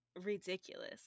ridiculous